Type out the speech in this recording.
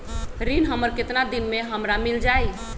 ऋण हमर केतना दिन मे हमरा मील जाई?